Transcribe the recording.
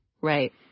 Right